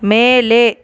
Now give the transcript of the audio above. மேலே